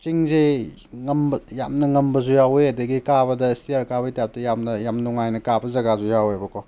ꯆꯤꯡꯁꯦ ꯉꯝꯕ ꯌꯥꯝꯅ ꯉꯝꯕꯁꯨ ꯌꯥꯎꯋꯦ ꯑꯗꯒꯤ ꯀꯥꯕꯗ ꯏꯁꯇꯤꯌꯥꯔ ꯀꯥꯕꯒꯤ ꯇꯥꯏꯞꯇ ꯌꯥꯝꯅ ꯌꯥꯝ ꯅꯨꯡꯉꯥꯏꯅ ꯀꯥꯕ ꯖꯒꯥꯁꯨ ꯌꯥꯎꯋꯦꯕ ꯀꯣ